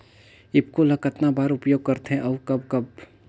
ईफको ल कतना बर उपयोग करथे और कब कब?